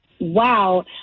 wow